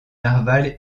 narwal